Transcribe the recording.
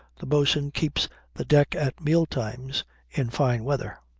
the bo'sun keeps the deck at meal-times in fine weather.